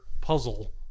puzzle